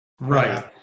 Right